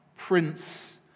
prince